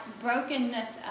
brokenness